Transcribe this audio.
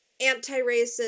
anti-racist